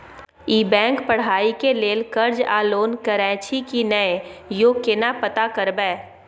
ई bank पढ़ाई के लेल कर्ज आ लोन करैछई की नय, यो केना पता करबै?